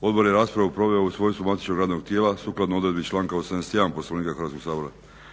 Odbor je raspravu proveo u svojstvu matičnog radnog tijela sukladno odredbi članka 81. Poslovnika Hrvatskog sabora.